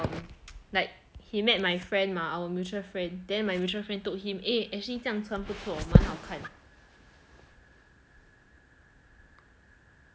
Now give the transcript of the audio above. like he met my friend mah our mutual friend then my mutual friend told him eh actually 这样穿不错蛮好看